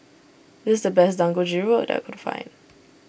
this the best Dangojiru that I can find